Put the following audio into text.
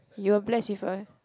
you were bless with a